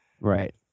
Right